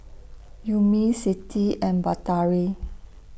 Ummi Siti and Batari